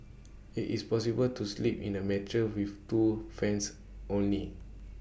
IT is possible to sleep in A mattress with two fans only